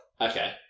Okay